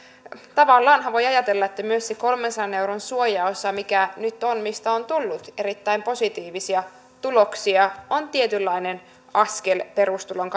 tavallaanhan voi ajatella että myös se kolmensadan euron suojaosa mikä nyt on ja mistä on tullut erittäin positiivisia tuloksia on tietynlainen askel perustulon